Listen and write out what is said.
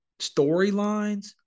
storylines